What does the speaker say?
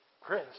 Chris